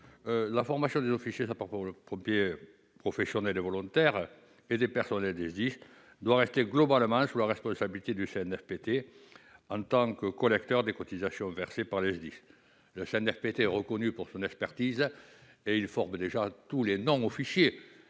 la formation des officiers sapeurs-pompiers professionnels et volontaires et des personnels dédiés doit rester globalement sous la responsabilité du CNFPT, en tant que collecteur des cotisations versées par les SDIS. Le CNFPT est reconnu pour son expertise et forme déjà tous les non-officiers,